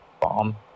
Bomb